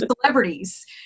celebrities